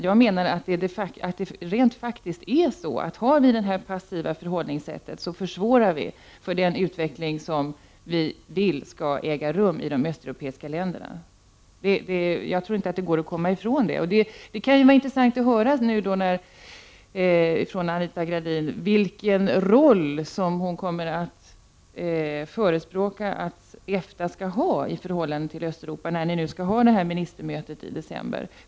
Jag menar att det faktiskt är så att ett passivt förhållningssätt från Sveriges sida försvårar den utveckling som vi vill skall äga rum i det östeuropeiska länderna. Jag tror alltså inte att det går att komma ifrån det. Det kan ju vara intressant att höra från Anita Gradin vilken roll hon kommer att förespråka att EFTA skall ha i förhållande till Östeuropa. Det skall ju hållas ett ministermöte i december.